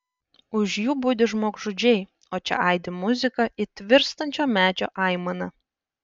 už jų budi žmogžudžiai o čia aidi muzika it virstančio medžio aimana